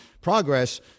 Progress